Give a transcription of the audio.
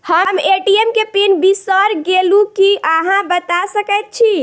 हम ए.टी.एम केँ पिन बिसईर गेलू की अहाँ बता सकैत छी?